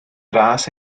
ras